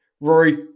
Rory